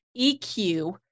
EQ